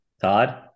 Todd